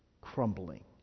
crumbling